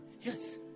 yes